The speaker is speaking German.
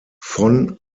von